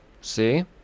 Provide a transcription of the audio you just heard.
See